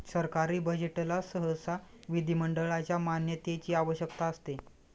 सरकारी बजेटला सहसा विधिमंडळाच्या मान्यतेची आवश्यकता असते